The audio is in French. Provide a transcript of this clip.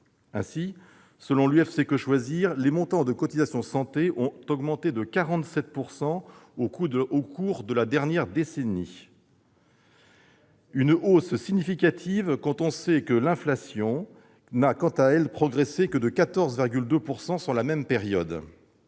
Ainsi, selon l'UFC-Que Choisir, les montants des cotisations santé ont augmenté de 47 % au cours de la dernière décennie. Il s'agit d'une hausse significative quand on sait que l'inflation n'a progressé, quant à elle, que de 14,2 % sur la même période.